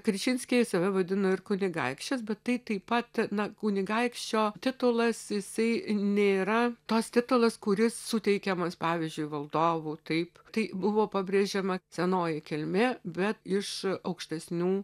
kručinskiai save vadino ir kunigaikščiais bet tai taip pat na kunigaikščio titulas jisai nėra toks titulas kuris suteikiamas pavyzdžiui valdovų taip tai buvo pabrėžiama senoji kilmė bet iš aukštesnių